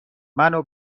منو